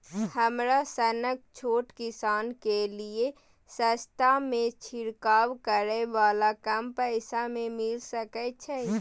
हमरा सनक छोट किसान के लिए सस्ता में छिरकाव करै वाला कम पैसा में मिल सकै छै?